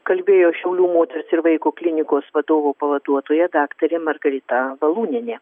kalbėjo šiaulių moters ir vaiko klinikos vadovo pavaduotoja daktarė margarita valūnienė